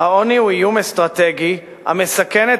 "העוני הוא איום אסטרטגי המסכן את